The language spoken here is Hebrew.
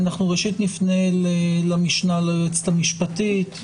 ראשית נפנה למשנה ליועצת המשפטית.